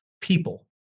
people